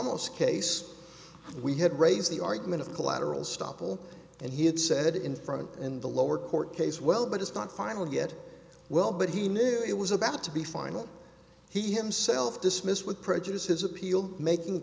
mos case we had raised the argument of collateral stoppel and he had said in front in the lower court case well but it's not final get well but he knew it was about to be final he himself dismissed with prejudice his appeal making